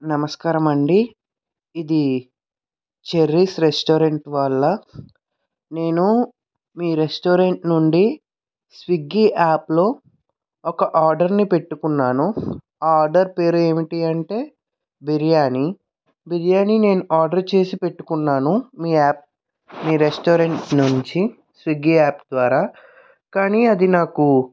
నమస్కారం అండి ఇది చెర్రీస్ రెస్టారెంట్ వాళ్ళా నేను మీ రెస్టారెంట్ నుండి స్విగ్గి యాప్లో ఒక ఆర్డరుని పెట్టుకున్నాను ఆ ఆర్డర్ పేరు ఏమిటి అంటే బిర్యానీ బిర్యానీ నేను ఆర్డర్ చేసి పెట్టుకున్నాను మీ యాప్ మీ రెస్టారెంట్ నుంచి స్విగ్గి యాప్ ద్వారా కానీ అది నాకు